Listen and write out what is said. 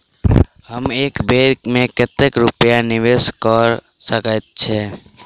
हम एक बेर मे कतेक रूपया निवेश कऽ सकैत छीयै?